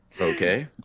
Okay